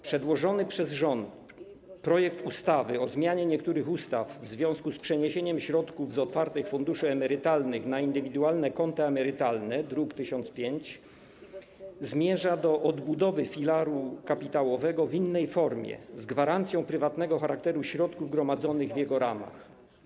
Przedłożony przez rząd projekt ustawy o zmianie niektórych ustaw w związku z przeniesieniem środków z otwartych funduszy emerytalnych na indywidualne konta emerytalne, druk nr 1005, zmierza do odbudowy filaru kapitałowego w innej formie, z gwarancją prywatnego charakteru środków gromadzonych w jego ramach.